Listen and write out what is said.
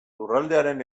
lurraldearen